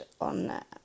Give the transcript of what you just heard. on